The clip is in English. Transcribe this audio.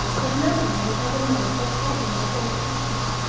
with no one will ever know what agony of old hands.